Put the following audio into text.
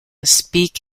speak